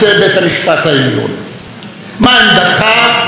מה עמדתך ביחס ללהט"ב,